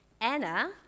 Anna